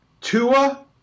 Tua